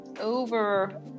over